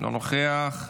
אינו נוכח.